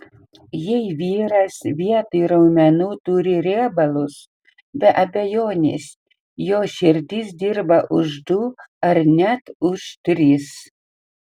jei vyras vietoj raumenų turi riebalus be abejonės jo širdis dirba už du ar net už tris